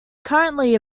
currently